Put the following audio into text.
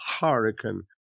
hurricane